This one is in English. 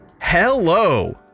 Hello